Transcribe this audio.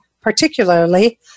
particularly